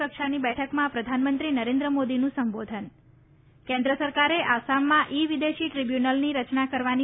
કક્ષાની બેઠકમાં પ્રધાનમંત્રી નરેન્દ્ર મોદીનું સંબોધન કેન્દ્ર સરકારે આસામમાં ઈ વિદેશી ટ્રીબ્યુનલની રચના કરવાની